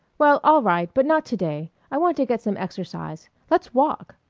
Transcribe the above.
well, all right, but not to-day. i want to get some exercise. let's walk!